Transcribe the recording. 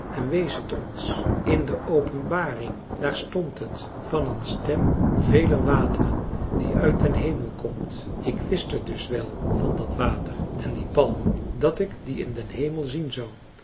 en wees het ons in de openbaring daar stond het van een stem veler wateren die uit den hemel komt ik wist het dus wel van dat water en die palmen dat ik die in den hemel zien zou